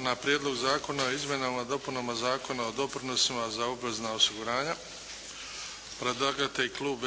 na - Prijedlog Zakona o izmjenama i dopunama Zakona o doprinosima za obvezna osiguranja, predlagatelj Klub